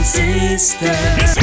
sisters